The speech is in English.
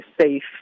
safe